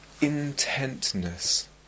intentness